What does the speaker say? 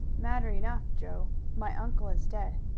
matter enough, joe. my uncle is dead.